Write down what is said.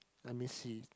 let me see